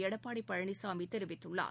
எடப்பாடிபழனிசாமிதெரிவித்துள்ளார்